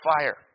fire